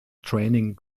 training